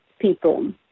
people